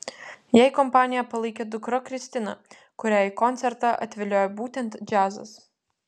jai kompaniją palaikė dukra kristina kurią į koncertą atviliojo būtent džiazas